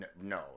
No